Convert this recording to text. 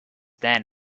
then